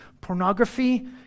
pornography